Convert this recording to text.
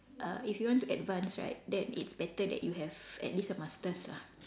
uh if you want to advance right then it's better that you have at least a masters lah